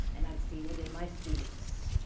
and i've seen it in my students.